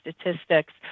statistics